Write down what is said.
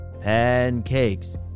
Pancakes